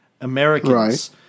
Americans